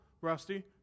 Rusty